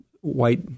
white